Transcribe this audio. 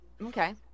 Okay